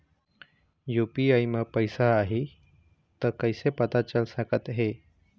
UPI म पैसा आही त कइसे पता चल सकत हे?